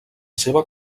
seva